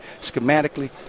Schematically